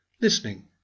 listening